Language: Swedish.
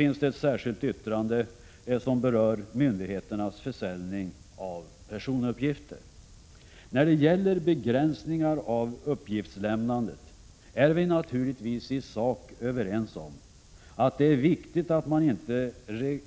I ett särskilt yttrande berörs också myndigheternas försäljning av personuppgifter. När det gäller begränsningar av uppgiftslämnandet är vi naturligtvis i sak överens om att det är viktigt att man inte